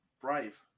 Brave